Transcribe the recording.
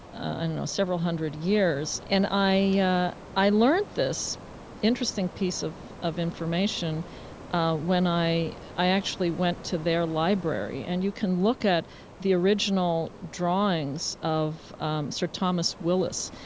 ah know, several hundred years. and i yeah i learned this interesting piece of of information when i i actually went to their library, and you can look at the original drawings of sir thomas willis,